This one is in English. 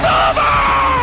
over